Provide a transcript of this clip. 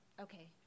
Okay